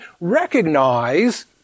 recognize